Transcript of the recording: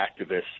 activists –